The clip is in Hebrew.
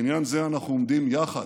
בעניין זה, אנחנו עומדים יחד,